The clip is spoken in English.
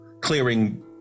clearing